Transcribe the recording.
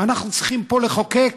אנחנו צריכים פה לחוקק